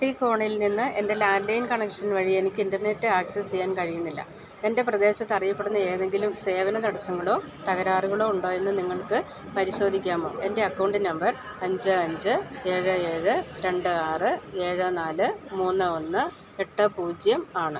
T കോണിൽ നിന്ന് എൻ്റെ ലാൻഡ്ലൈൻ കണക്ഷൻ വഴി എനിക്ക് ഇൻ്റർനെറ്റ് ആക്സസ് ചെയ്യാൻ കഴിയുന്നില്ല എൻ്റെ പ്രദേശത്ത് അറിയപ്പെടുന്ന ഏതെങ്കിലും സേവന തടസ്സങ്ങളോ തകരാറുകളോ ഉണ്ടോ എന്ന് നിങ്ങൾക്ക് പരിശോധിക്കാമോ എൻ്റെ അക്കൗണ്ട് നമ്പർ അഞ്ച് അഞ്ച് ഏഴ് ഏഴ് രണ്ട് ആറ് ഏഴ് നാല് മൂന്ന് ഒന്ന് എട്ട് പൂജ്യം ആണ്